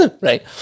right